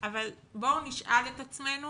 אבל בואו נשאל את עצמנו